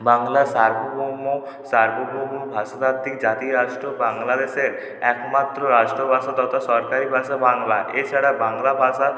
বাংলা সার্বভৌম সার্বভৌম ভাষাতাত্ত্বিক জাতি রাষ্ট্র বাংলাদেশের একমাত্র রাষ্ট্রভাষা তথা সরকারি ভাষা বাংলা এছাড়া বাংলা ভাষা